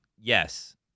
yes